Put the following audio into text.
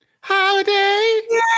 Holiday